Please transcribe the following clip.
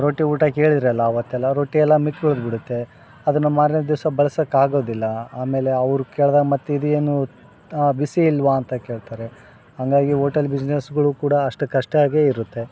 ರೊಟ್ಟಿ ಊಟ ಕೇಳಿದ್ರಲ್ಲ ಆವತ್ತೆಲ್ಲ ರೊಟ್ಟಿ ಎಲ್ಲ ಮಿಕ್ಕಿ ಉಳ್ದು ಬಿಡುತ್ತೆ ಅದನ್ನು ಮಾರನೆ ದಿವಸ ಬಳ್ಸೋಕ್ ಆಗೋದಿಲ್ಲ ಆಮೇಲೆ ಅವ್ರು ಕೇಳ್ದಾಗ ಮತ್ತು ಇದು ಏನು ಬಿಸಿ ಇಲ್ವ ಅಂತ ಕೇಳ್ತಾರೆ ಹಂಗಾಗಿ ಓಟೆಲ್ ಬಿಸ್ನೆಸ್ಗಳು ಕೂಡ ಅಷ್ಟಕ್ಕಷ್ಟಾಗಿಯೇ ಇರುತ್ತೆ